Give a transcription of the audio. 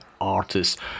artists